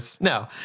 no